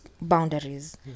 boundaries